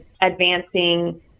advancing